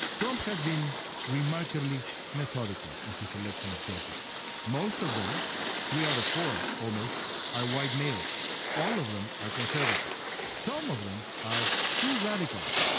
trump has been remarkably methodical in his selection of judges most of them three out of four almost are white males all of them are conservative. some of them are true radicals.